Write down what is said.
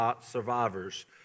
survivors